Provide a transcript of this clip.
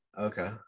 Okay